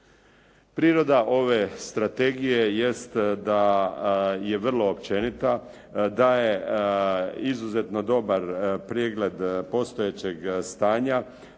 Priroda ove strategije jest da je vrlo općenita, da je izuzetno dobar pregled postojećeg stanja